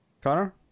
Connor